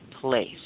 place